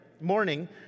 morning